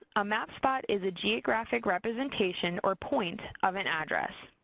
a map spot is a geographic representation, or point of an address.